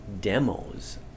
demos